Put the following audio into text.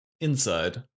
inside